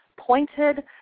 Pointed